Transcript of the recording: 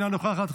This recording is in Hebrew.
אינה נוכחת,